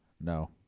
No